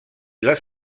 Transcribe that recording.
les